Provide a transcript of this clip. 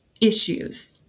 issues